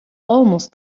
almost